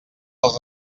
els